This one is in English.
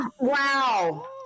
Wow